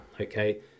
okay